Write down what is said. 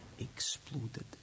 exploded